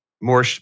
more